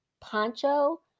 poncho